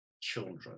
children